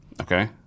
okay